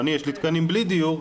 או: יש לי תקנים בלי דיור,